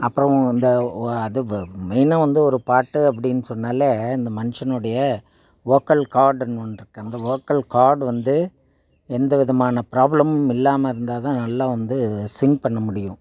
அப்புறம் இந்த வ அது வ மெயினாக வந்து ஒரு பாட்டு அப்படின்னு சொன்னாலே இந்த மனுஷனுடைய வோக்கல் கார்டுனு ஒன்று இருக்குது அந்த வோக்கல் கார்டு வந்து எந்தவிதமான ப்ராப்ளமும் இல்லாமல் இருந்தால் தான் நல்லா வந்து சிங் பண்ண முடியும்